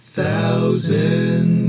Thousand